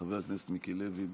חבר הכנסת מיקי לוי,